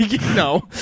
No